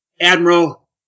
admiral